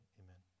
amen